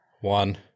one